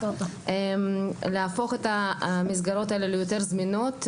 להפוך את המסגרות האלה ליותר זמינות,